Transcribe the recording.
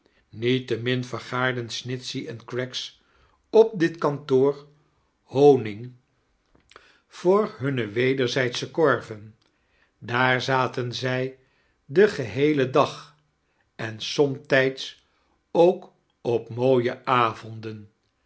niettemin vergaarden snitchey en craggs op dit kantoor honing voor hunne wederzijdsche korven daar zaten zij den geheelen dag en somtijds ook op mooie avonden